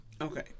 Okay